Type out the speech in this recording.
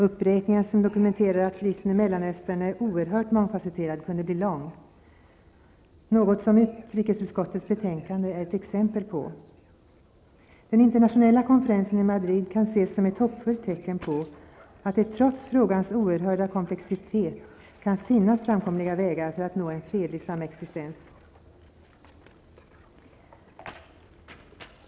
Uppräkningen, som dokumenterar att krisen i Mellanöstern är oerhört mångfasetterad, kunde bli lång, något som utrikesutskottets betänkande är ett exempel på. Den internationella konferensen i Madrid kan ses som ett hoppfullt tecken på att det trots frågans oerhörda komplexitet kan finnas framkomliga vägar för att nå en fredlig samexistens.